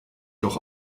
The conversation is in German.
doch